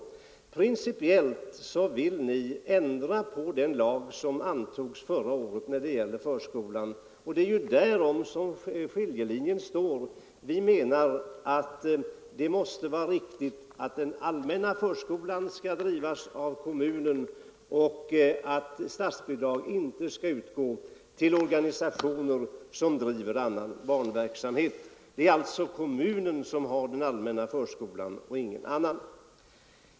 Principiellt vill ni ändra den lag om allmän förskola som antogs förra året, och det är där skiljelinjen går. Vi menar att det måste vara riktigt att den allmänna förskolan skall drivas av kommunen och att statsbidrag inte skall utgå till organisationer som driver annan barnverksamhet. Det är kommunen som har den allmänna förskolan och ingen annan.